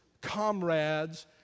comrades